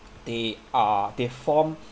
they are they form